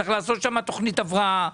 צריך לעשות שם תכנית הבראה.